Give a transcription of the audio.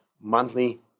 monthly